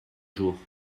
jour